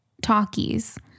talkies